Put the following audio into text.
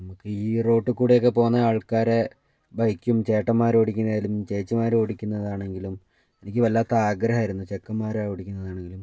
നമുക്ക് ഈ റോഡിൽ കൂടെയൊക്കെ പോകുന്ന ആൾക്കാരെ ബൈക്കും ചേട്ടന്മാർ ഓടിക്കുന്നതിലും ചേച്ചിമാർ ഓടിക്കുന്നത് ആണെങ്കിലും എനിക്ക് വല്ലാത്ത ആഗ്രഹമായിരുന്നു ചെക്കന്മാർ ആ ഓടിക്കുന്നത് ആണെങ്കിലും